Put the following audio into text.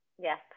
yes